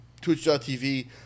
twitch.tv